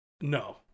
no